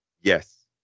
yes